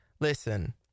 Listen